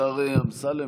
השר אמסלם,